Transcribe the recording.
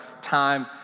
time